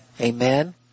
Amen